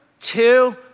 two